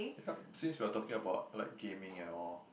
yup since we are talking about like gaming and all